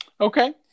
Okay